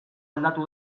aldatu